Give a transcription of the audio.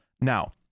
now